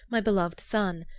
my beloved son.